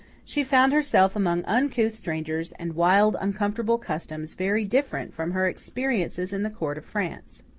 she found herself among uncouth strangers and wild uncomfortable customs very different from her experiences in the court of france.